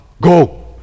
go